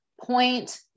point